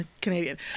Canadian